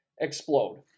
explode